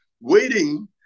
waiting